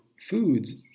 foods